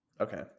Okay